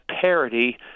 parity